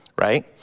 Right